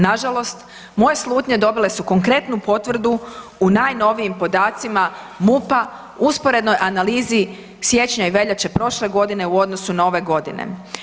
Nažalost, moje slutnje dobile su konkretnu potvrdu u najnovijim podacima MUP-a u usporednoj analizi siječnja i veljače prošle godine u odnosu na ove godine.